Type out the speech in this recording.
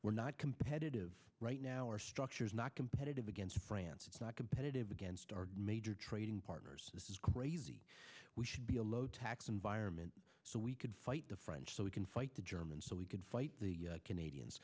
we're not competitive right now our structure is not competitive against france it's not competitive against our major trading partners this is crazy we should be a low tax environment so we could fight the french so we can fight the germans so we can fight the canadians